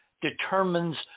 determines